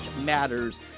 Matters